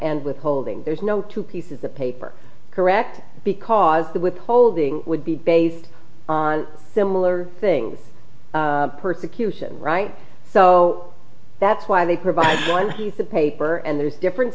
and withholding there's no two pieces of paper correct because the withholding would be based on similar things persecution right so that's why they provide one piece of paper and there's different